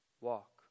walk